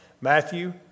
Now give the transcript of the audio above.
Matthew